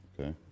Okay